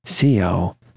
co